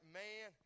man